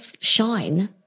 shine